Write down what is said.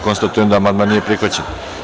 Konstatujem da amandman nije prihvaćen.